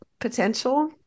potential